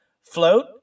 float